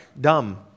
dumb